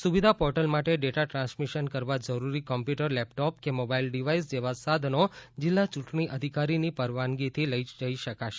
સુવિધા પોર્ટલ માટે data transmission કરવા જરૂરી કોમ્પ્યુટર લેપટોપ કે મોબાઇલ ડિવાઇસ જેવા સાધનો જિલ્લા ચૂંટણી અધિકારીની પરવાનગીથી લઈ જઈ શકાશે